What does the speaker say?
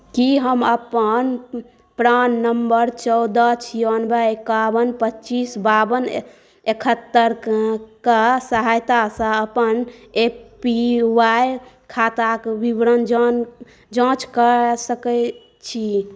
की हम अपन PRAN number चौदह छियानवे एकावन पचीस बावन एकहत्तरिके सहायतासँ अपन ए पी वाय खाताक विवरण जाँच कऽ सकैत छी